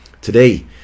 Today